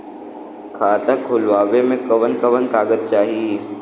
खाता खोलवावे में कवन कवन कागज चाही?